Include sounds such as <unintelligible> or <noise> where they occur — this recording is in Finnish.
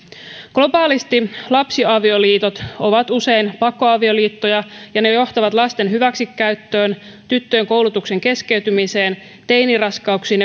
globaalisti lapsiavioliitot ovat usein pakkoavioliittoja ja ne johtavat lasten hyväksikäyttöön tyttöjen koulutuksen keskeytymiseen teiniraskauksiin <unintelligible>